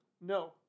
No